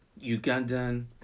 Ugandan